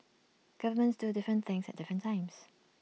governments do different things at different times